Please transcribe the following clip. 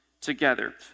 together